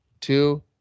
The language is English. two